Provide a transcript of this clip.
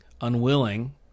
unwilling